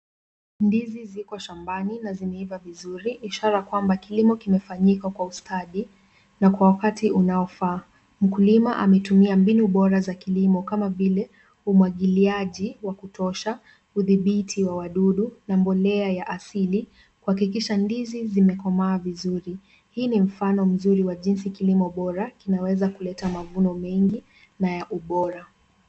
Ndizi ziko shambani na zimeiva vizuri ishara kwamba kilimo kimefanyika kwa ustadi na kwa wakati unaofaa. Mkulima ametumia mbinu bora za kilimo kama vile umwagiliaji wa kutosha, udhibiti wa wadudu na mbolea ya asili kuhakikisha ndizi zimekomaa vizuri. Hii ni mfano mzuri wa jinsi kilimo bora kinaweza kuleta mavuno mengi na ya ubora.